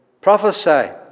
Prophesy